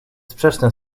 sprzeczne